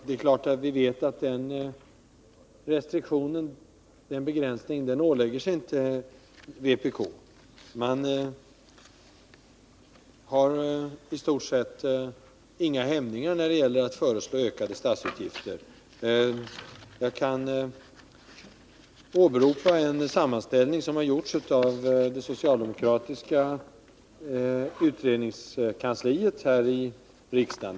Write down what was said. Det är klart att vpk inte ålägger sig den begränsningen; man har i stort sett inga hämningar när det gäller att föreslå ökade statsutgifter. Jag kan åberopa en sammanställning som har gjorts av det socialdemokratiska utredningskansliet här i riksdagen.